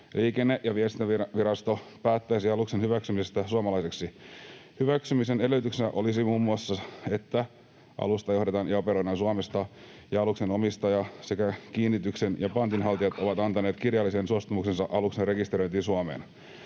Liikenne- ja viestintävirasto päättäisi aluksen hyväksymisestä suomalaiseksi. Hyväksymisen edellytyksenä olisi muun muassa se, että alusta johdetaan ja operoidaan Suomesta ja aluksen omistaja sekä kiinnityksen- ja pantinhaltijat ovat antaneet kirjallisen suostumuksensa aluksen rekisteröintiin Suomeen.